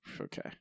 Okay